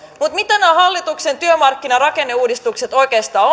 mutta mitä nämä hallituksen työmarkkinarakenneuudistukset oikeastaan